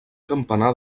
campanar